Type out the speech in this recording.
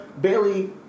Bailey